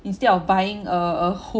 instead of buying a a home